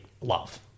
love